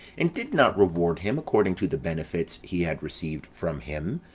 and did not reward him according to the benefits he had received from him,